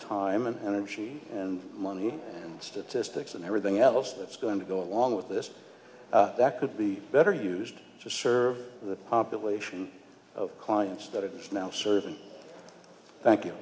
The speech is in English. time and energy and money statistics and everything else that's going to go along with this that could be better used to serve the population of clients that it is now certain thank you